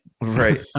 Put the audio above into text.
right